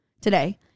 today